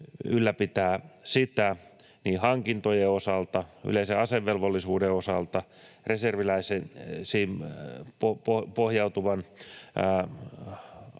ylläpitää sitä niin hankintojen osalta, yleisen asevelvollisuuden osalta, reserviläisiin pohjautuvan